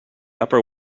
upper